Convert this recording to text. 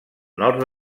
nord